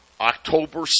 October